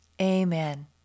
Amen